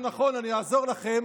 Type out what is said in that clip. אני אעזור לכם.